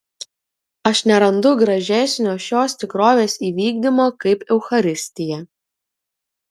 aš nerandu gražesnio šios tikrovės įvykdymo kaip eucharistija